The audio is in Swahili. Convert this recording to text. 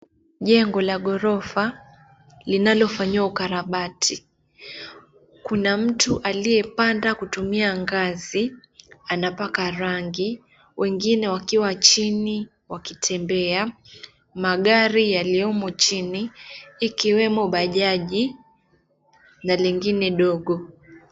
Jengo la ghorofa linalofanyiwa ukarabati. Kuna mtu aliyepanda kutumia ngazi, anapaka rangi. Wengine wakiwa chini wakitembea. Magari yaliyomo chini, ikiwemo bajaji na lingine dogo.